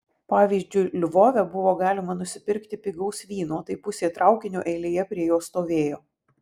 pavyzdžiui lvove buvo galima nusipirkti pigaus vyno tai pusė traukinio eilėje prie jo stovėjo